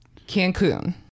Cancun